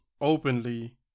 openly